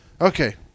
Okay